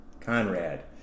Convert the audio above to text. Conrad